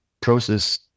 process